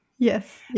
Yes